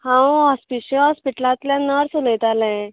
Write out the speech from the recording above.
हांव होस्पिशीओ होस्पिटलांतल्यान नर्स उलयतालें